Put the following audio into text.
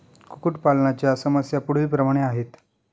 कुक्कुटपालनाच्या समस्या पुढीलप्रमाणे आहेत